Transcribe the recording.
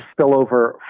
spillover